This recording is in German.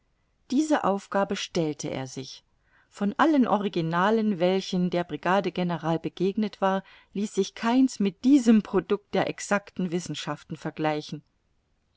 diese aufgabe stellte er sich von allen originalen welchen der brigadegeneral begegnet war ließ sich keins mit diesem product der exacten wissenschaften vergleichen